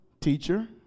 Teacher